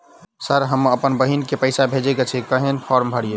Sir हम अप्पन बहिन केँ पैसा भेजय केँ छै कहैन फार्म भरीय?